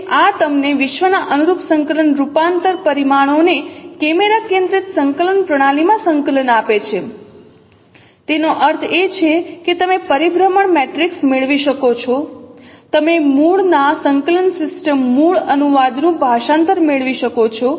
તેથી આ તમને વિશ્વના અનુરૂપ સંકલન રૂપાંતર પરિમાણોને કેમેરા કેન્દ્રિત સંકલન પ્રણાલીમાં સંકલન આપે છે તેનો અર્થ એ છે કે તમે પરિભ્રમણ મેટ્રિક્સ મેળવી શકો છો તમે મૂળના સંકલન સિસ્ટમ મૂળ અનુવાદનું ભાષાંતર મેળવી શકો છો